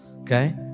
Okay